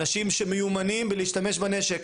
אנשים שהם מיומנים בלהשתמש בנשק.